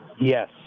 Yes